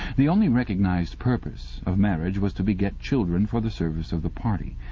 the only recognized purpose of marriage was to beget children for the service of the party.